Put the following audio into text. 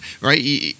right